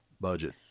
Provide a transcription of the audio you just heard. budget